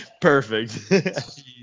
Perfect